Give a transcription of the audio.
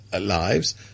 lives